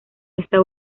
esta